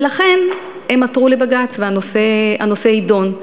ולכן הם עתרו לבג"ץ, והנושא יידון.